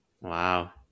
Wow